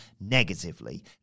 negatively